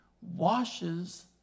washes